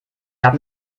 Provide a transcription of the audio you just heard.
haben